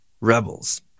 Rebels